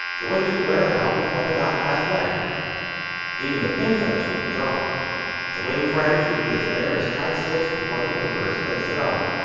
the wings would wear out before they got half-way even the pin-feathers would be gone the wing frames would be as bare as kite sticks before the paper is pasted on.